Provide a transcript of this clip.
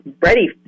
ready